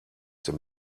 dem